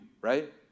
right